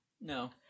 No